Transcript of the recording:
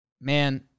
Man